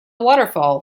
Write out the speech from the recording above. waterfall